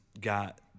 got